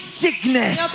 sickness